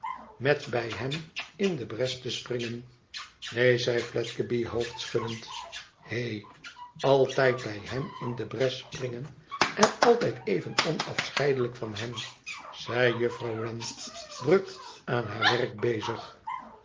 met bij hem in de bres te springen f neen zei fledgeby hoofdschuddend hé altijd bij hem in de bres springen en altijd even onacheidelijk van hem zei juffrouw wren druk aan haar werk bezig